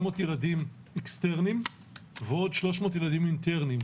ילדים אקסטרנים ועוד 300 ילדים אינטרנים,